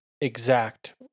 exact